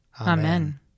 Amen